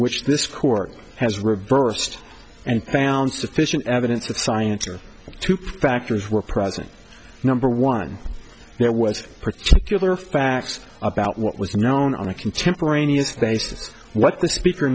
which this court has reversed and found sufficient evidence of science are two factors were present number one that was particular facts about what was known on a contemporaneous basis and what the speaker